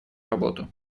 работу